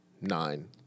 nine